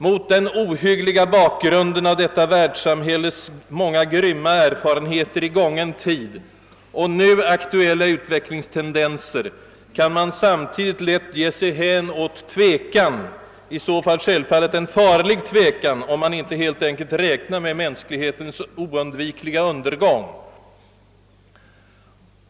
Mot den ohyggliga bakgrunden av världssamhällets många grymma erfarenheter i gången tid och nu aktuella utvecklingstendenser kan man samtidigt lätt ge sig hän åt tvekan, i så fall självfallet en farlig tvekan, om man inte helt enkelt räknar med mänsklighetens oundvikliga undergång.